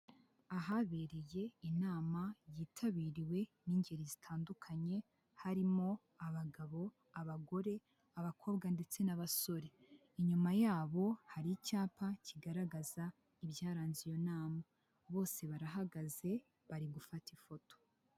Ahabereye inama yitabiriwe n'ingeri zitandukanye harimo abagabo, abagore, abakobwa ndetse n'abasore. Inyuma yabo hari icyapa kigaragaza ibyaranze iyo nama, bose barahagaze bari gufata ifoto.